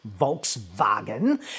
Volkswagen